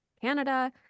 Canada